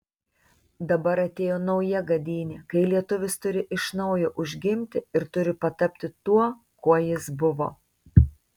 dabar atėjo nauja gadynė kai lietuvis turi iš naujo užgimti ir turi patapti tuo kuo jis buvo